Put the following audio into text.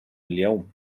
اليوم